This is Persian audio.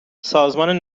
سازمان